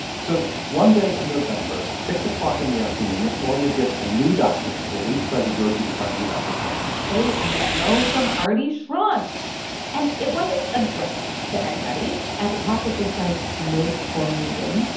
so one day in november, six o'clock in the afternoon, this lawyer gets a new document released by the georgia department of agriculture a memo from arty schronce and it wasn't addressed to anybody. at the top, it just says, notes for meeting.